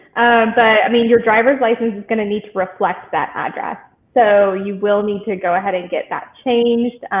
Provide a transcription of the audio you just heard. but i mean your driver's license is gonna need to reflect that address. so you will need to go ahead and get that changed.